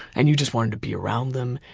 and you just wanted to be around them.